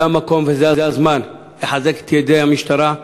זה המקום וזה הזמן לחזק את ידי המשטרה.